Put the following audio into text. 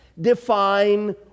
define